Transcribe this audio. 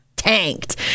Tanked